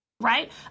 right